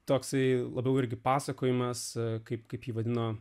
toksai labiau irgi pasakojimas kaip kaip ji vadino